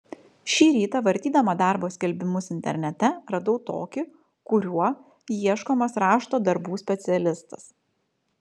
šį rytą vartydama darbo skelbimus internete radau tokį kuriuo ieškomas rašto darbų specialistas